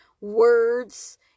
words